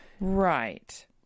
Right